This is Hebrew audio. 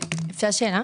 אפשר שאלה